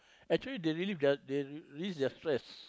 actually they relieve their they relieve their stress